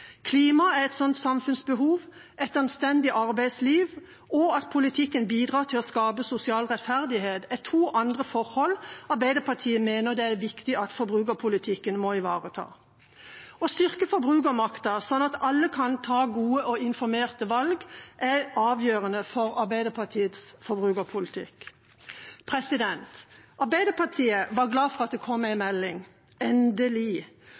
er et sånt samfunnsbehov, et anstendig arbeidsliv og at politikken bidrar til å skape sosial rettferdighet, er to andre forhold som Arbeiderpartiet mener det er viktig at forbrukerpolitikken ivaretar. Å styrke forbrukermakten slik at alle kan ta gode og informerte valg, er avgjørende for Arbeiderpartiets forbrukerpolitikk Arbeiderpartiet er glad for at det kom en melding – endelig!